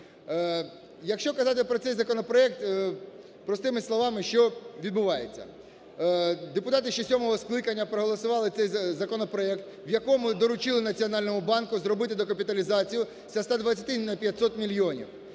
Якщо казати про цей законопроект простими словами, що відбувається? Депутати ще сьомого скликання проголосували цей законопроект в якому доручили Національному банку зробити докапіталізацію зі 120 на 500 мільйонів.